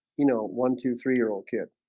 you know one two three year old kid